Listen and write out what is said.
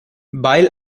bile